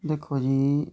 दिक्खो